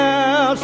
Now